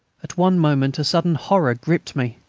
at one moment a sudden horror gripped me.